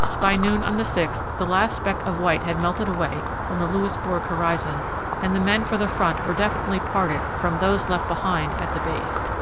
by noon on the sixth the last speck of white had melted away from the louisbourg horizon and the men for the front were definitely parted from those left behind at the base.